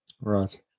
right